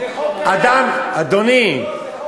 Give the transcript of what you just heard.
זה חוק קיים.